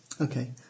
Okay